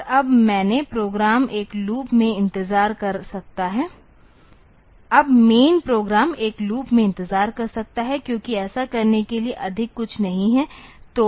और अब main program एक लूप में इंतजार कर सकता है क्योंकि ऐसा करने के लिए अधिक कुछ नहीं है